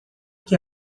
que